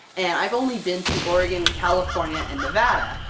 and i've only been to oregon, california, and nevada!